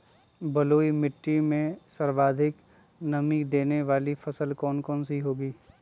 बलुई मिट्टी में सर्वाधिक मनी देने वाली फसल कौन सी होंगी?